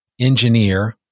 engineer